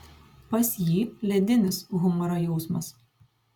pas jį ledinis humoro jausmas